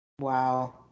Wow